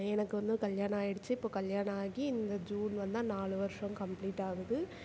எனக்கு வந்து கல்யாணம் ஆகிடுச்சி இப்போ கல்யாணம் ஆகி இந்த ஜூன் வந்தால் நாலு வருஷம் கம்ப்ளீட் ஆகுது